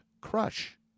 crush